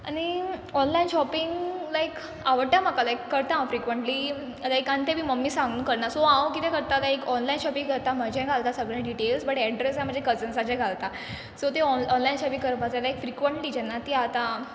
आनी online shopping like आवडटा म्हाका लायक करता हांव फ्रिक्वंटली लायक आनी तें बी मम्मी सांगून करना सो हांव किदें करता लायक ऑनलायन शॉपींग करता म्हजे घालता सगळे डिटेल्स बट एड्रॅस हांव म्हजे कजन्साचे घालता सो तें ऑन ऑनलायन शॉपींग करपा जाय लायक फ्रिक्वंटली जेन्ना ती आतां